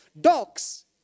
Dogs